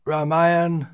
Ramayan